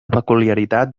peculiaritat